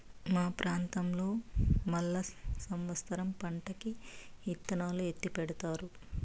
మా ప్రాంతంలో మళ్ళా సమత్సరం పంటకి ఇత్తనాలు ఎత్తిపెడతారు